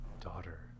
Daughter